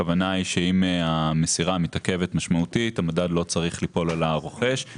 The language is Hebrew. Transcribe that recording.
הכוונה היא שאם המסירה מתעכבת משמעותית המדד לא צריך ליפול על הרוכש,